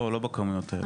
לא, לא בכמויות האלה.